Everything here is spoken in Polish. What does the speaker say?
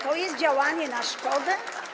To jest działanie na szkodę?